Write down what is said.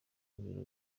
ibiro